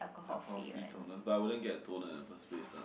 alcohol free toners but I wouldn't get a toner in the first place lah